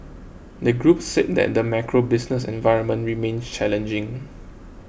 the group said that the macro business environment remains challenging